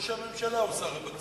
ראש הממשלה הוא שר הבצורת.